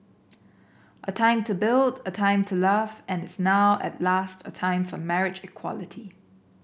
a time to build a time to love and is now at last a time for marriage equality